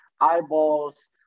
eyeballs